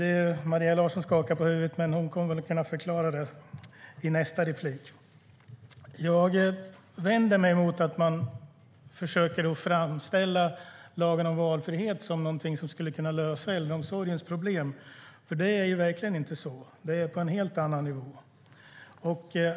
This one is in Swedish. Maria Larsson skakar på huvudet, men hon kommer väl att kunna förklara det i nästa inlägg. Jag vänder mig mot att man försöker framställa lagen om valfrihet som någonting som skulle kunna lösa äldreomsorgens problem. Det är verkligen inte så; de är på en helt annan nivå.